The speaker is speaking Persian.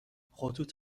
خطوط